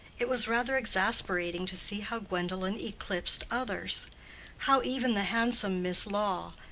it was rather exasperating to see how gwendolen eclipsed others how even the handsome miss lawe,